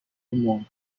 w’umuntu